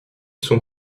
sont